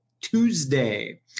Tuesday